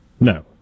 No